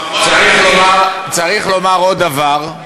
צריך לומר עוד דבר: